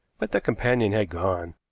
but the companion had gone.